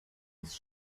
ist